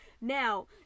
Now